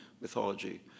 mythology